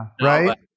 right